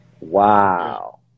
Wow